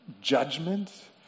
judgment